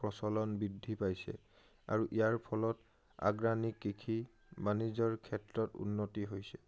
প্ৰচলন বৃদ্ধি পাইছে আৰু ইয়াৰ ফলত অৰ্গেনিক কৃষি বাণিজ্যৰ ক্ষেত্ৰত উন্নতি হৈছে